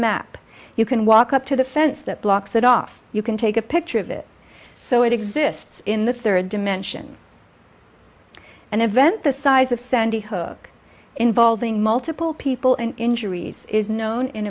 map you can walk up to the fence that blocks it off you can take a picture of it so it exists in the third dimension and event the size of sandy hook involving multiple people and injuries is known in